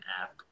app